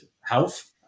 health